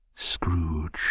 Scrooge